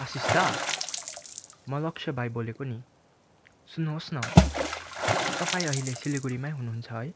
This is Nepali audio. आशिष दा म लक्ष्य भाइ बोलेको नि सुन्नुहोस् न तपाईँ अहिले सिलगढीमै हुनुहुन्छ है